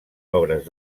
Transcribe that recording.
obres